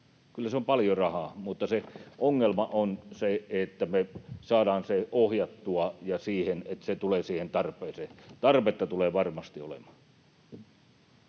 Kyllä se on paljon rahaa, mutta ongelma on se, miten me saadaan se ohjattua niin, että se tulee siihen tarpeeseen. Tarvetta tulee varmasti olemaan.